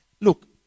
look